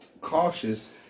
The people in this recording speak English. cautious